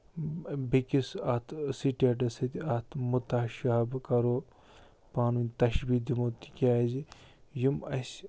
بیٚکِس اَتھ سِٹیٹس سۭتۍ اَتھ مُتعشاحبہٕ کَرو پانوٲنۍ تشبیہ دِمو تِکیٛازِ یِم اَسہِ